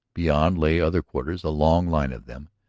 beyond lay other quarters, a long line of them,